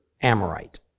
Amorite